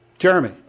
Jeremy